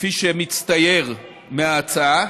כפי שמצטייר מההצעה,